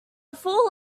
fool